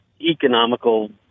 economical